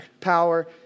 power